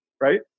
right